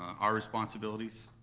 our responsibilities.